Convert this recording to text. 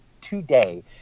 today